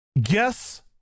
Guess